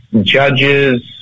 judges